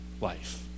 life